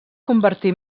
convertí